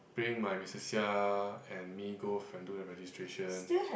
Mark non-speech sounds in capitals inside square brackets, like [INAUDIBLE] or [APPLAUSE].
bring my missus Seah and me go [NOISE] and do the registration